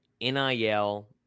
NIL